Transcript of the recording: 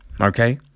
okay